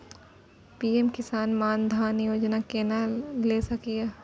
PM किसान मान धान योजना के केना ले सकलिए?